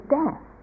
death